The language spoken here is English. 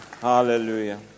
Hallelujah